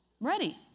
ready